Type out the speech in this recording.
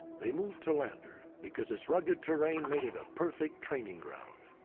they moved to lander because its rugged terrain made it a perfect training ground.